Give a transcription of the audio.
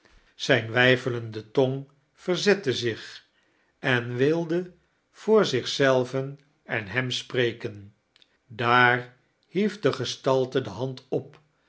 zrjme weifelende tong verzette zich en wilde voor zich zelven en hem sptreken daar hief de gestalte de hand op